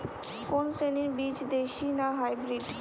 কোন শ্রেণীর বীজ দেশী না হাইব্রিড?